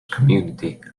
community